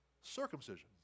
circumcision